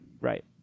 Right